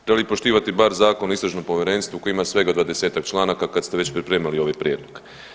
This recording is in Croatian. Trebali bi poštivati bar Zakon o istražnom povjerenstvu koji ima svega 20-ak članaka kad ste već pripremali ovaj prijedlog.